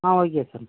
ah okay sir